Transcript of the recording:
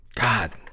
god